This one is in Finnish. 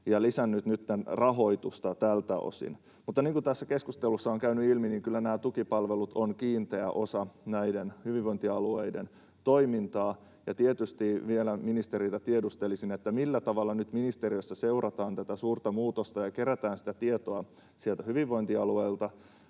ja lisännyt nyt rahoitusta tältä osin. Mutta niin kuin tässä keskustelussa on käynyt ilmi, kyllä nämä tukipalvelut ovat kiinteä osa hyvinvointialueiden toimintaa. Ja tietysti vielä ministeriltä tiedustelisin, millä tavalla nyt ministeriössä seurataan tätä suurta muutosta ja kerätään tietoa hyvinvointialueilta.